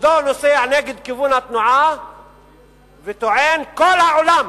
כבודו נוסע נגד כיוון התנועה וטוען, כל העולם